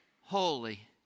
holy